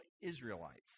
Israelites